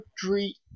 three